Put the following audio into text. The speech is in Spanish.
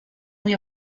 muy